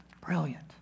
brilliant